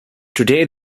today